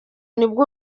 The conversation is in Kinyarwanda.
nibwo